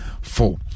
Four